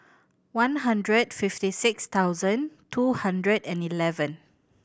one hundred fifty six thousand two hundred and eleven